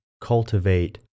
cultivate